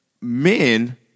men